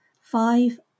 five